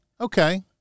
okay